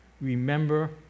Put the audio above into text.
Remember